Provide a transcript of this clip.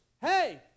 hey